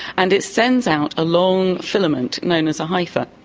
and it sends out a long filament known as a hypha,